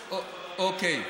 אוקיי.